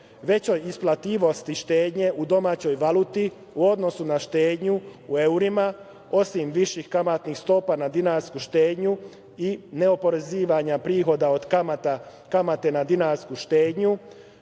Veća isplativost i štednja u domaćoj valuti u odnosu na štednju u evrima, osim viših kamatnih stopa na dinarsku štednju i neoporezivanja prihoda od kamate na dinarsku štednju,